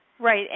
Right